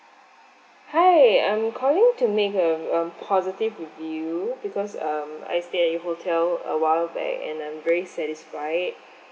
hi I'm calling to make a um positive review because um I stayed at your hotel awhile back and I'm very satisfied